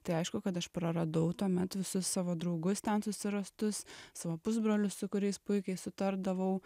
tai aišku kad aš praradau tuomet visus savo draugus ten susirastus savo pusbrolius su kuriais puikiai sutardavau